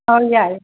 हो याल